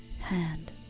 hand